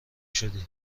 شدی